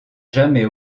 jamais